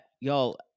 y'all